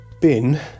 bin